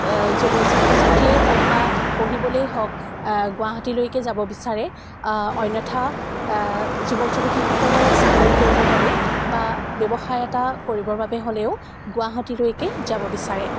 ছাত্ৰ ছাত্ৰীয়েই হওক বা পঢ়িবলেই হওক গুৱাহাটীলেকে যাব বিচাৰে অন্যথা যুৱক যুৱতীসকলে চাকৰি কৰিবৰ বাবে বা ব্যৱসায় এটা কৰিবৰ বাবে হ'লেও গুৱাহাটীলৈকে যাব বিচাৰে